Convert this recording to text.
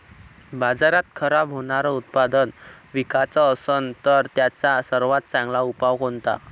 बाजारात खराब होनारं उत्पादन विकाच असन तर त्याचा सर्वात चांगला उपाव कोनता?